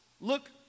look